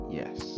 yes